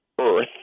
earth